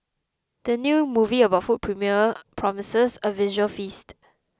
the new movie about food promises a visual feast